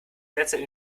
derzeit